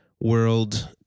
World